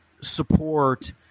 support